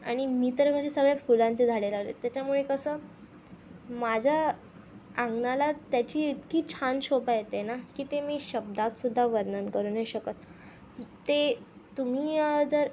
आणि मी तर माझे सगळे फुलांचे झाडे लावलेत तेच्यामुळे कसं माझं अंगणाला त्याची इतकी छान शोभा येते ना की ते मी शब्दातसुद्धा वर्णन करू नाही शकत ते तुम्ही जर